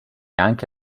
anche